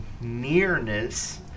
nearness